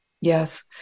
Yes